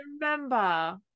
remember